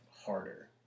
harder